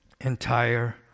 entire